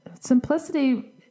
simplicity